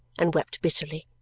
and wept bitterly.